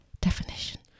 definition